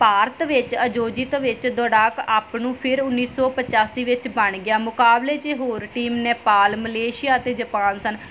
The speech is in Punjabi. ਭਾਰਤ ਵਿੱਚ ਆਯੋਜਿਤ ਵਿੱਚ ਦੌੜਾਕ ਅੱਪ ਨੂੰ ਫਿਰ ਉੱਨੀ ਸੌ ਪਚਾਸੀ ਵਿੱਚ ਬਣ ਗਿਆ ਮੁਕਾਬਲੇ 'ਚ ਹੋਰ ਟੀਮ ਨੇਪਾਲ ਮਲੇਸ਼ੀਆ ਅਤੇ ਜਪਾਨ ਸਨ